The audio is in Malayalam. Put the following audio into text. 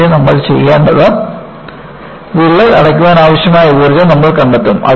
പക്ഷേ നമ്മൾ ചെയ്യേണ്ടത് വിള്ളൽ അടയ്ക്കാൻ ആവശ്യമായ ഊർജ്ജം നമ്മൾ കണ്ടെത്തും